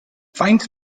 faint